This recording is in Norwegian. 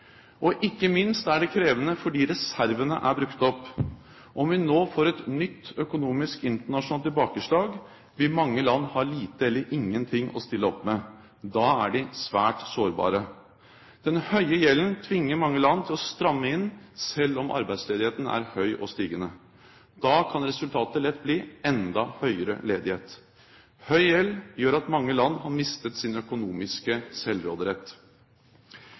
Og ikke minst er det krevende fordi reservene er brukt opp. Om vi nå får et nytt økonomisk internasjonalt tilbakeslag, vil mange land ha lite eller ingenting å stille opp med. Da er de svært sårbare. Den høye gjelden tvinger mange land til å stramme inn selv om arbeidsledigheten er høy og stigende. Da kan resultatet lett bli enda høyere ledighet. Høy gjeld gjør at mange land har mistet sin økonomiske selvråderett.